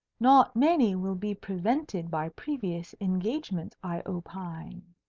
not many will be prevented by previous engagements, i opine.